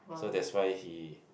so that's why he